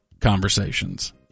conversations